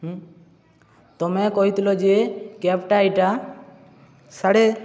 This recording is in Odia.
ହୁଁ ତୁମେ କହିଥିଲ ଯେ କ୍ୟାବ୍ଟା ଏଇଟା ସାଡ଼େ